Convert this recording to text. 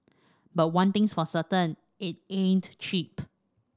but one thing's for certain it ain't cheap